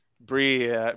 Bree